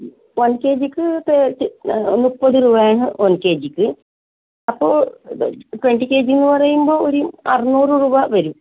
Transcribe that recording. one കെജിക്ക് thirty മുപ്പതു രൂപയാണ് വൺ കെജിക്ക് അപ്പോൾ ട്വൻറ്റി കെജി എന്ന് പറയുമ്പോൾ ഒരു അറുന്നൂർ രൂപ വരും